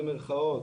במירכאות,